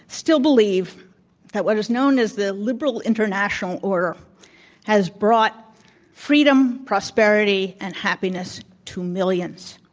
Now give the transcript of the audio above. still believe that what is known as the liberal international order has brought freedom, prosperity, and happiness to millions.